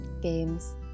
Games